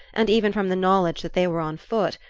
and even from the knowledge that they were on foot,